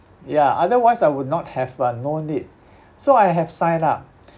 yeah otherwise I would not have uh known it so I have signed up